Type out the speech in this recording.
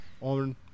on